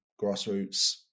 grassroots